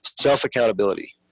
self-accountability